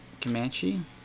Comanche